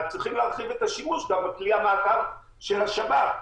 צריך להרחיב את השימוש גם בכלי המעקב של השב"כ.